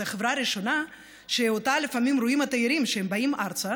זו החברה הראשונה שאותה לפעמים רואים התיירים כשהם באים ארצה,